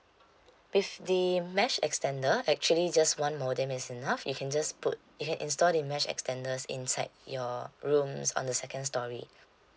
with the mesh extender actually just one modem is enough you can just put you can install the mesh extenders inside your rooms on the second storey